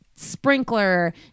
sprinkler